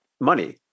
money